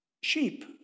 sheep